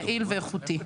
יעיל ואיכותי.